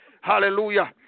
Hallelujah